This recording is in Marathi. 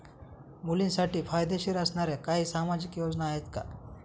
मुलींसाठी फायदेशीर असणाऱ्या काही सामाजिक योजना आहेत का?